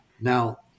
Now